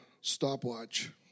stopwatch